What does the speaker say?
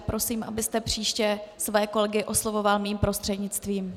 Prosím, abyste příště své kolegy oslovoval mým prostřednictvím.